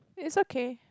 it's okay